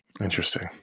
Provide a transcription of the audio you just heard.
Interesting